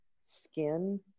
skin